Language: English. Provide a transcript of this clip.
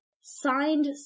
signed